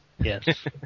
Yes